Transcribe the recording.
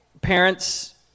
Parents